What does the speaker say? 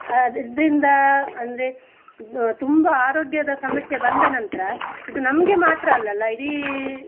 ಅದು ಇದರಿಂದ ಅಂದರೆ ಬ ತುಂಬ ಆರೋಗ್ಯದ ಸಮಸ್ಯೆ ಬಂದ ನಂತರ ಇದು ನಮಗೆ ಮಾತ್ರ ಅಲ್ಲಲ್ಲ ಇಡೀ